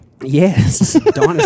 Yes